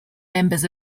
members